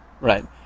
Right